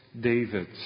David